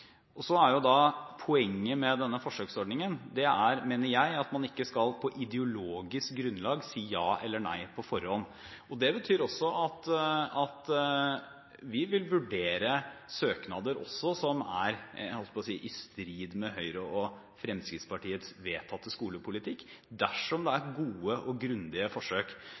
Så mener jeg at poenget med denne forsøksordningen er at man ikke på ideologisk grunnlag skal si ja eller nei på forhånd. Det betyr at vi også vil vurdere søknader som er «i strid» med Høyres og Fremskrittspartiets vedtatte skolepolitikk dersom det er gode og grundige forsøk.